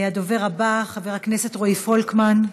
הדובר הבא, חבר הכנסת רועי פולקמן.